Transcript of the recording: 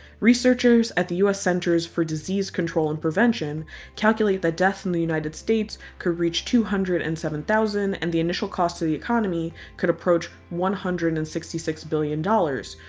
researchers at the u s. centers for disease control and prevention calculate that deaths in the united states could reach two hundred and seven thousand and the initial cost to the economy could approach one hundred and sixty six billion dollars,